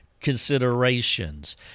considerations